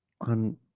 on